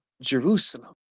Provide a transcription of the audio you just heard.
Jerusalem